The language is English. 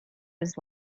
his